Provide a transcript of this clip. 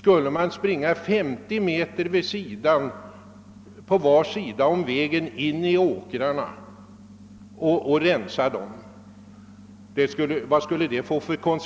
Vilka konsekvenser skulle det få, om man skulle bege sig in på åkrarna intill 50 meter från vägen för att rensa dem från